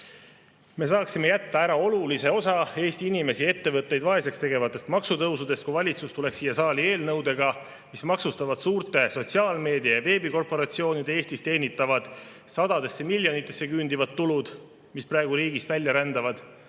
Me saaksime ära jätta olulise osa Eesti inimesi ja ettevõtteid vaeseks tegevatest maksutõusudest, kui valitsus tuleks siia saali eelnõudega, mis maksustavad suurte sotsiaalmeedia- ja veebikorporatsioonide Eestis teenitava sadadesse miljonitesse küündiva tulu, mis praegu riigist välja rändab.